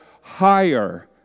higher